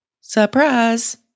Surprise